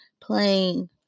playing